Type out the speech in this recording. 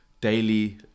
daily